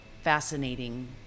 fascinating